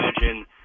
imagine